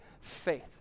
faith